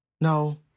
No